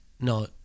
No